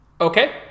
Okay